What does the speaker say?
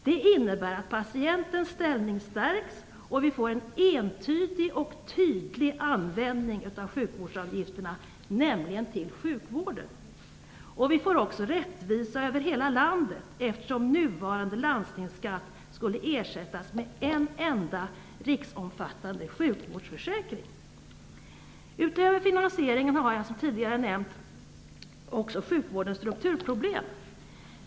Det innebär att patientens ställning stärks och vi får en entydig och tydlig användning av sjukvårdsavgifterna, nämligen till sjukvården. Vi får också rättvisa över hela landet eftersom nuvarande landstingsskatt skulle ersättas med en enda, riksomfattande sjukvårdsförsäkring. Utöver finansieringen har jag alltså tidigare nämnt också sjukvårdens strukturproblem.